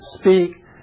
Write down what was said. speak